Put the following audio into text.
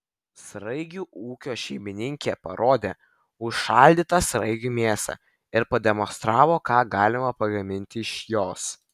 sraigių ūkio šeimininkė parodė užšaldytą sraigių mėsą ir pademonstravo ką galima pagaminti iš jos